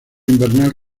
invernal